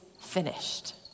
finished